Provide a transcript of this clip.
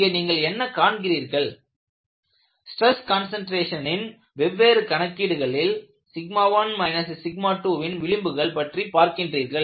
இங்கே நீங்கள் என்ன காண்கிறீர்கள் ஸ்ட்ரெஸ் கன்சன்ட்ரேஷனின் வெவ்வேறு கணக்கீடுகளில் 1 2ன் விளிம்புகள் பற்றி பார்க்கின்றீர்கள்